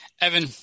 Evan